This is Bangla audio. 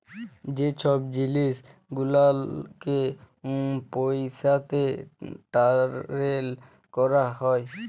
যে ছব জিলিস গুলালকে পইসাতে টারেল ক্যরা হ্যয়